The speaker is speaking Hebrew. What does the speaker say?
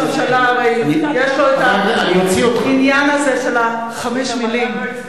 ראש הממשלה, הרי יש לו העניין הזה של חמש מלים.